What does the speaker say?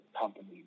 companies